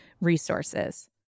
resources